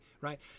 right